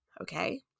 okay